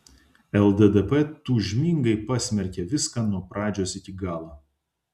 lddp tūžmingai pasmerkė viską nuo pradžios iki galo